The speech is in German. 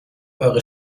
eure